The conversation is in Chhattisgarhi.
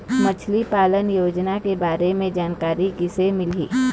मछली पालन योजना के बारे म जानकारी किसे मिलही?